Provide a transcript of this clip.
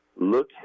Look